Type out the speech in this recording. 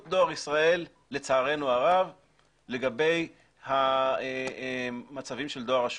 דואר ישראל לצערנו הרב לגבי מצבים של דואר רשום.